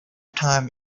time